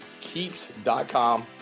Keeps.com